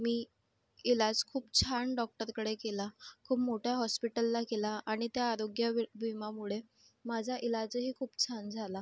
मी इलाज खूप छान डॉक्टरकडे केला खूप मोठ्या हॉस्पिटलला केला आणि त्या आरोग्य वि विमामुळे माझा इलाजही खूप छान झाला